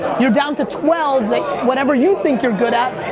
you're down to twelve that whatever you think you're good at.